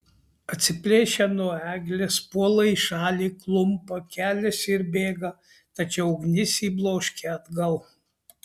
atsiplėšia nuo eglės puola į šalį klumpa keliasi ir bėga tačiau ugnis jį bloškia atgal